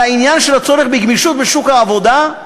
על העניין של הצורך בגמישות בשוק העבודה.